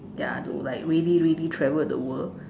ya to like really really travel the world